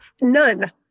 None